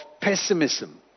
pessimism